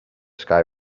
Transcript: sky